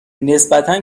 نسبتا